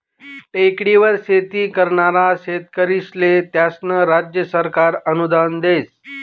टेकडीवर शेती करनारा शेतकरीस्ले त्यास्नं राज्य सरकार अनुदान देस